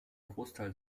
großteil